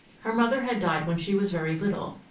her mother had died when she was very little,